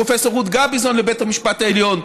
פרופ' רות גביזון לבית המשפט העליון,